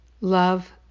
love